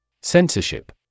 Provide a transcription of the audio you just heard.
Censorship